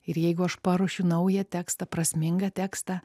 ir jeigu aš paruošiu naują tekstą prasmingą tekstą